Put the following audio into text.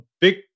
big